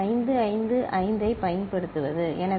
ஒரு வசதியான விருப்பம் ஐசி 555 ஐப் பயன்படுத்துவது சரி